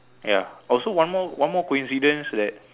ya also one more one more coincidence that